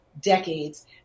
decades